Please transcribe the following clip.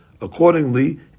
Accordingly